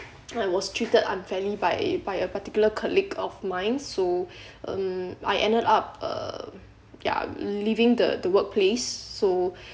I was treated unfairly by by a particular colleague of mine so um I ended up uh ya leaving the the workplace so